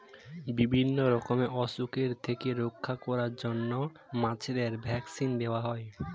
বিভিন্ন রকমের অসুখের থেকে রক্ষা করার জন্য মাছেদের ভ্যাক্সিন দেওয়া হয়